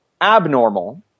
abnormal